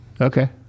Okay